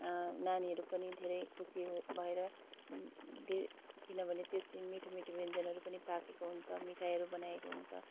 नानीहरू पनि धेरै खुसी भएर धेर किनभने त्यस दिन मिठो मिठो व्यञ्जनहरू पनि पाकेको हुन्छ मिठाइहरू बनाएको हुन्छ